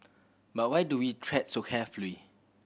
but why do we tread so carefully